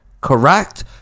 Correct